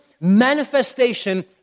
manifestation